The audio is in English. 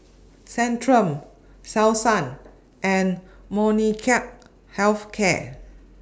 Centrum Selsun and Molnylcke Health Care